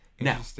now